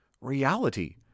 reality